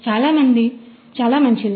0 కు చాలా మంచిది